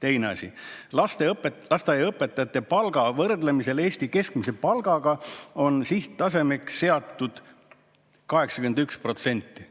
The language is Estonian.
Teine asi. Lasteaiaõpetajate palga võrdlemisel Eesti keskmise palgaga on sihttasemeks seatud 81%.